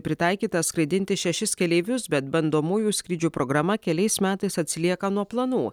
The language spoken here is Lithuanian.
pritaikytas skraidinti šešis keleivius bet bandomųjų skrydžių programa keliais metais atsilieka nuo planų